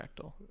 fractal